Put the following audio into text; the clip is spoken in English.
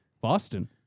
Boston